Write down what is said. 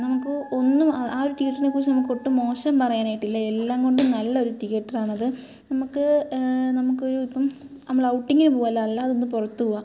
നമുക്ക് ഒന്നും അ ആ ഒരു തീയറ്ററിനെ കുറിച്ച് നമുക്കൊട്ടും മോശം പറയാനായിട്ടില്ല എല്ലാം കൊണ്ടും നല്ല ഒരു തീയറ്ററാണത് നമുക്ക് നമുക്ക് ഒരു ഇപ്പോൾ നമ്മൾ ഔട്ടിങ്ങിന് പോകുവല്ല അല്ലാതെ ഒന്ന് പുറത്ത് പോകുവ